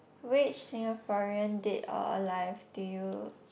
which Singaporean dead or alive do you